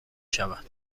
شود